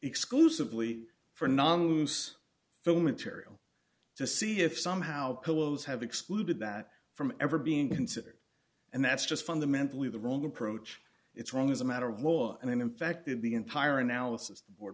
exclusively for non loose fill material to see if somehow pillows have excluded that from ever being considered and that's just fundamentally the wrong approach it's wrong as a matter of law and in fact in the entire analysis or